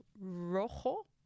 Rojo